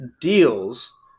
deals